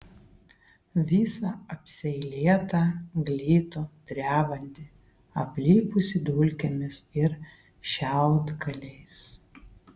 visą apseilėtą glitų drebantį aplipusį dulkėmis ir šiaudgaliais